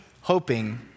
hoping